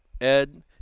Ed